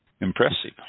impressive